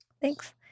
Thanks